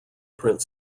print